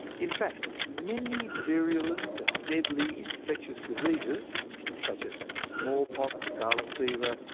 in fact, many virulent and deadly infectious diseases such as smallpox, scarlet fever,